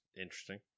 interesting